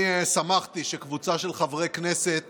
אני שמחתי שקבוצה של חברי כנסת